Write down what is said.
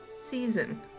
season